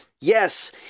Yes